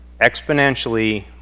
Exponentially